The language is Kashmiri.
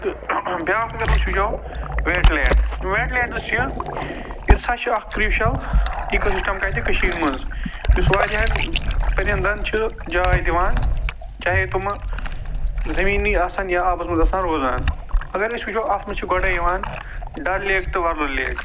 تہٕ بیٛاکھ اَگر أسۍ وچھُو ویٚٹ لینڈ یِم ویٚٹ لینٛڈٕس چھِ یہِ تہِ ہسا چھِ اَکھ کرٛیٛوٗشَل ایٖکو سِسٹَم کَتہِ کٔشیٖرِ منٛز یُس واریاہَن پرندَن چھِ جاے دِوان چاہے تِم زٔمیٖنی آسَن یا آبَس منٛز آسَن روزان اَگر أسۍ وُچھُو اَتھ منٛز چھِ گۄڈٔے یِوان ڈَل لیک تہٕ وَلُر لیک